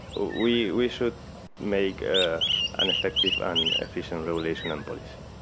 we we should make ah an effective and efficient revelation and policy.